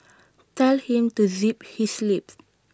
tell him to zip his lips